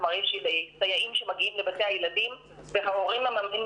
זאת אומרת שיש סייעים שמגיעים לבתי הילדים וההורים מממנים